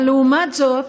אבל לעומת זאת,